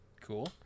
cool